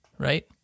right